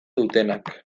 dutenak